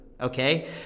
okay